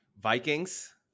Vikings